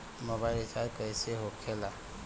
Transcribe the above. Mobile recharge कैसे होखे ला?